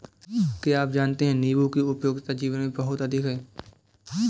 क्या आप जानते है नीबू की उपयोगिता जीवन में बहुत अधिक है